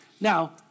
Now